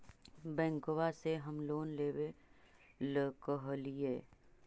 बैंकवा से हम लोन लेवेल कहलिऐ?